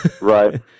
Right